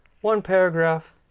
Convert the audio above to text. one-paragraph